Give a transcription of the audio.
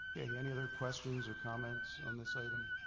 ok any other questions or comments on this item,